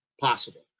possible